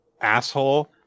asshole